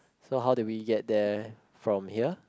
so how do we get there from here